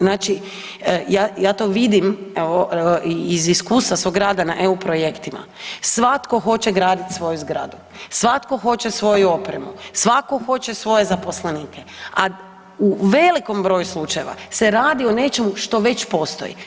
Znači, ja to vidim, i iz iskustva svog rada na EU projektima, svatko hoće gradit svoju zgradu, svatko hoće svoju opremu, svatko hoće svoje zaposlenike, a u velikom broju slučajeva se radi o nečemu što već postoji.